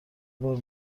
بار